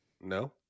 No